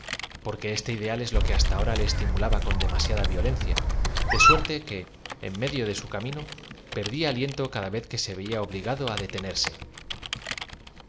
porque eate ideal es lo qae hasta ahora le estimulaba con de maaiada yiolencid de suerte que en medio de su ca mino perdía aliento cada y e z y se yeia obligado á